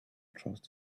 trust